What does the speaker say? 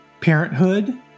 Parenthood